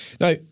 Now